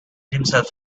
himself